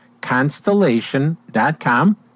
constellation.com